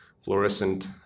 fluorescent